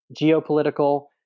geopolitical